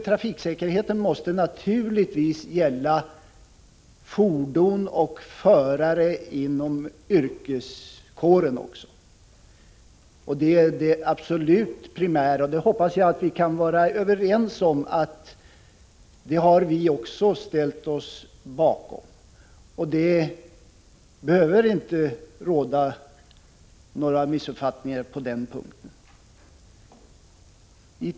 Trafiksäkerheten måste naturligtvis gälla fordon och förare också inom yrkestrafiken. Det är det absolut primära. Jag hoppas att vi kan vara överens om att också vi har ställt oss bakom detta. Det behöver inte råda några missuppfattningar på denna punkt.